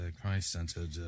Christ-centered